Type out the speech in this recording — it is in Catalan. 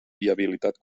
viabilitat